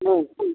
ആ